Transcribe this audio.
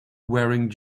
wearing